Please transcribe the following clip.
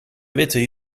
witte